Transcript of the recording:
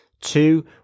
two